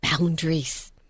Boundaries